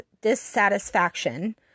dissatisfaction